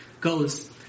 goes